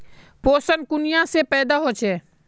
पोषण कुनियाँ से पैदा होचे?